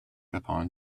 upon